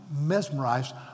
mesmerized